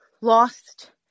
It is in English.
lost